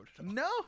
No